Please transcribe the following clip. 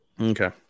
Okay